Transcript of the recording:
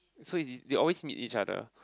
so it's they always meet each other